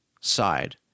side